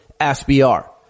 SBR